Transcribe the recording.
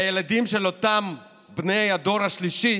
והילדים של בני הדור השלישי